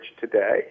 today